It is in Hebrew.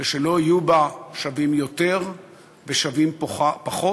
ולא יהיו בה שווים יותר ושווים פחות,